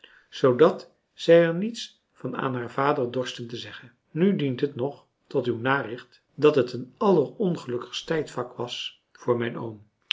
zoodat zij er niets van aan haar vader dorsten te zeggen nu dient het nog tot uw naricht dat het een allerongelukkigst tijdvak was voor mijn oom